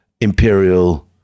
imperial